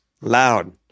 loud